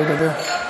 לא ידבר?